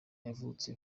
yavutse